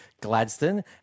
Gladstone